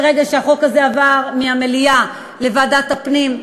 מרגע שהצעת החוק הזו עברה מהמליאה לוועדת הפנים,